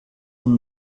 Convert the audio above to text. und